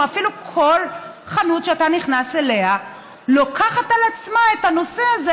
ואפילו כל חנות שאתה נכנס אליה לוקחת על עצמה את הנושא הזה,